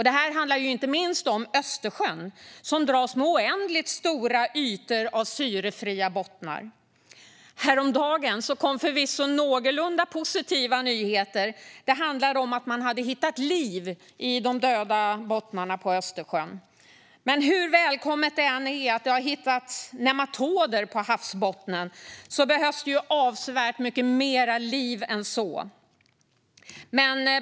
Det handlar inte minst om Östersjön, som dras med oändligt stora ytor av syrefria bottnar. Häromdagen kom förvisso någorlunda positiva nyheter. Det handlade om att man hade hittat liv i de döda bottnarna på Östersjön. Men hur välkommet det än är att det har hittats nematoder på havsbotten behövs det mycket mer liv än så.